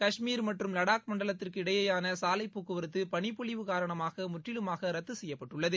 கஷ்மீர் மற்றும் லடாக் மண்டலத்திற்கு இடையேயான சாலை போக்குவரத்து பனிப்பொழிவு காரணமாக முற்றிலுமாக ரத்து செய்யப்பட்டுள்ளது